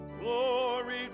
Glory